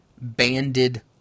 banded